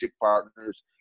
partners